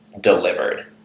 delivered